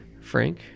Frank